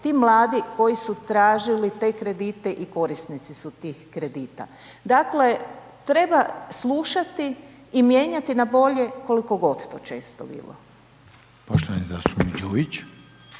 ti mladi koji su tražili te kredite i korisnici su tih kredita. Dakle, treba slušati i mijenjati na bolje koliko god to često bilo.